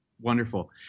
Wonderful